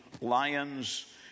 Lions